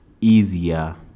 easier